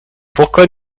pourquoi